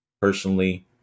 personally